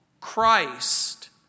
Christ